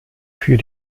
für